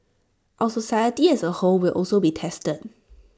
our society as A whole will also be tested